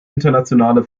internationale